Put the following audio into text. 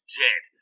dead